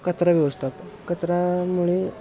कचरा व्यवस्थापन कचऱ्यामुळे